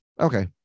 Okay